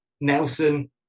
Nelson